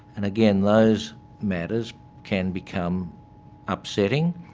and again, those matters can become upsetting.